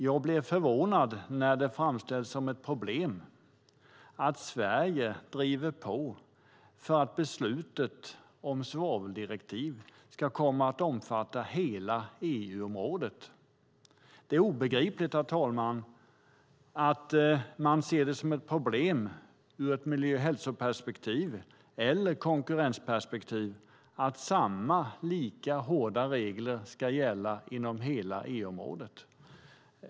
Jag blev förvånad när det framställdes som ett problem att Sverige driver på för att beslutet om ett svaveldirektiv ska omfatta hela EU-området. Det är obegripligt att man ser det som ett problem ur ett miljö och hälsoperspektiv eller ur ett konkurrensperspektiv att lika hårda regler ska gälla inom hela EU-området.